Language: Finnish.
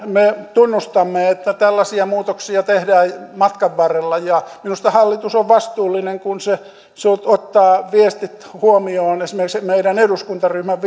me tunnustamme että tällaisia muutoksia tehdään matkan varrella ja minusta hallitus on vastuullinen kun se se ottaa viestit huomioon esimerkiksi meidän eduskuntaryhmämme